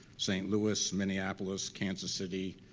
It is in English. st. louis, minneapolis, kansas city,